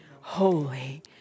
holy